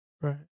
Right